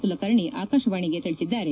ಕುಲಕರ್ಣಿ ಆಕಾಶವಾಣಿಗೆ ತಿಳಿಸಿದ್ದಾರೆ